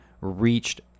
reached